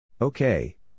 okay